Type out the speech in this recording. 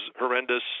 horrendous